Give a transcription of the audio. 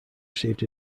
received